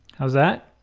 how's that?